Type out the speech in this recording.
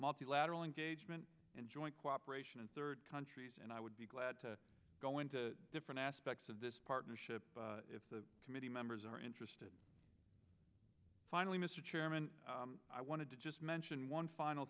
multilateral engagement and joint cooperation and third countries and i would be glad to go into different aspects of this partnership if the committee members are interested finally mr chairman i want to just mention one final